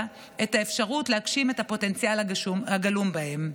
את האפשרות להגשים את הפוטנציאל הגלום בהם.